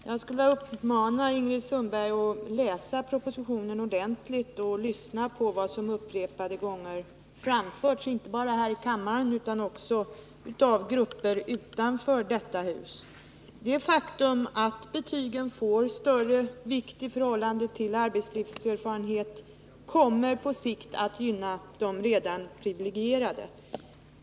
Herr talman! Jag skulle vilja uppmana Ingrid Sundberg att läsa propositionen ordentligt och lyssna på vad som upprepade gånger framförts, inte bara här i kammaren utan också av grupper utanför detta hus. Det faktum att betygen får större vikt i förhållande till arbetslivserfarenhet kommer på sikt att gynna de redan privilegierade.